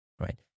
right